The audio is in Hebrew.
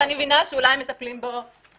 שאני מבינה שאולי מטפלים פה.